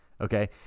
Okay